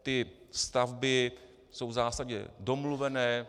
Ty stavby jsou v zásadě domluvené.